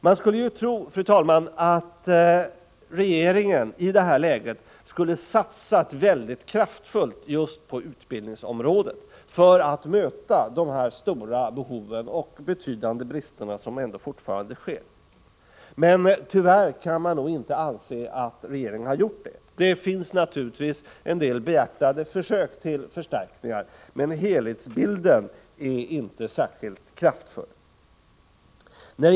Man skulle tro, fru talman, att regeringen i sådant läge skulle ha satsat väldigt kraftfullt på just utbildningsområdet för att möta de stora behov och undanröja de betydande brister som fortfarande finns. Men tyvärr kan man inte anse att regeringen gjort det. Det finns naturligtvis en hel del behjärtade försök till förstärkningar, men helhetsbilden är den att regeringen inte är särskilt kraftfull.